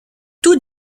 tout